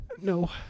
No